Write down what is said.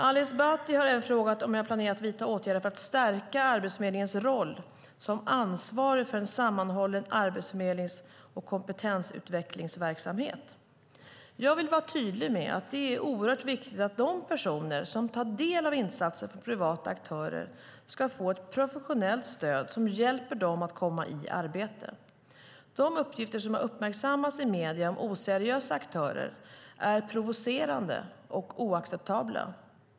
Ali Esbati har även frågat om jag planerar att vidta åtgärder för att stärka Arbetsförmedlingens roll som ansvarig för en sammanhållen arbetsförmedlings och kompetensutvecklingsverksamhet. Jag vill vara tydlig med att det är oerhört viktigt att de personer som tar del av insatser från privata aktörer ska få ett professionellt stöd som hjälper dem att komma i arbete. De uppgifter som uppmärksammats i medierna om oseriösa aktörer är provocerande och oacceptabla.